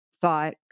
thought